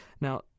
Now